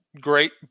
great